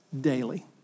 Daily